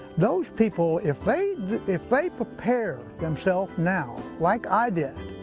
those people, if they if they prepare themselves now, like i did,